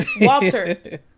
walter